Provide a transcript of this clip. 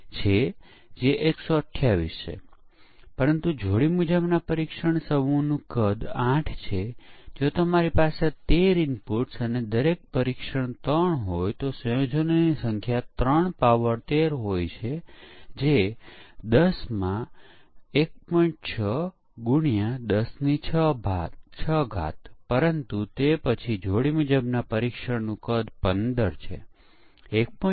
તેથી ફક્ત એમ કહીને કે આપણે 1000 પરીક્ષણના કેસો સાથે પરીક્ષણ કર્યું છે અને દરેક વખતે x એ y કરતા મોટો હોય છે તે બગને બહાર લાવી શકે નહી જ્યારે બનાવેલ ફક્ત બે પરીક્ષણનાં કેસો આ બંને નિવેદનોમાં ભૂલ લાવશે